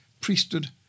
priesthood